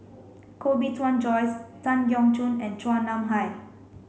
Koh Bee Tuan Joyce Tan Keong Choon and Chua Nam Hai